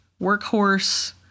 workhorse